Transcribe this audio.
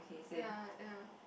ya ya